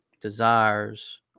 desires